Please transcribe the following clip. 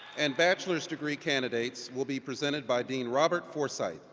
and bachelor degree candidates will be presented by dean robert forsythe.